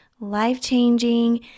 life-changing